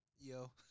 Yo